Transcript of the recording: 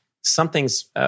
something's